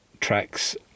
tracks